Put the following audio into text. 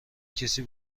کسی